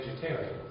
vegetarian